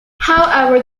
however